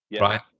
right